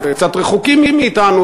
קצת רחוקים מאתנו,